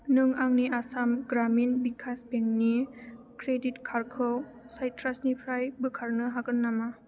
नों आंनि आसाम ग्रामिन भिकास बेंकनि क्रेडिट कार्डखौ साइट्रासनिफ्राय बोखारनो हागोन नामा